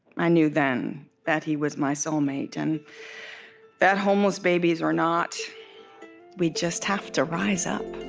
i knew then that he was my soulmate and that homeless babies were not we just have to rise up.